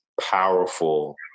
powerful